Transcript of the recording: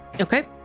Okay